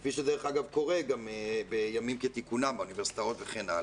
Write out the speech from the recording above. כפי שדרך אגב קורה גם בימים כתיקונם באוניברסיטאות וכן הלאה?